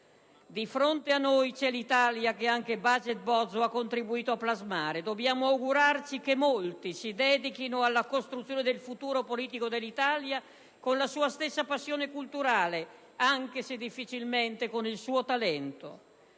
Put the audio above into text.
Di fronte a noi c'è l'Italia che anche Baget Bozzo ha contribuito a plasmare: dobbiamo augurarci che molti si dedichino alla costruzione del futuro politico dell'Italia con la sua stessa passione culturale, anche se difficilmente con il suo talento.